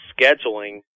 scheduling